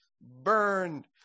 burned